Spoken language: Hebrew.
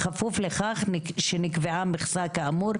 בכפוף לכך שנקבעה מכסה כאמור,